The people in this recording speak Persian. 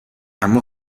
اما